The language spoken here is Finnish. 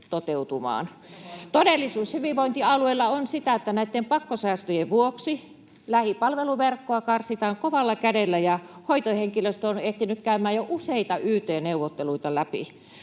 Todellisuus hyvinvointialueilla on sitä, että näitten pakkosäästöjen vuoksi lähipalveluverkkoa karsitaan kovalla kädellä ja hoitohenkilöstö on ehtinyt käymään jo useita yt-neuvotteluita läpi.